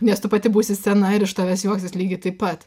nes tu pati būsi sena ir iš tavęs juoksis lygiai taip pat